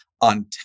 on